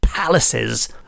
palaces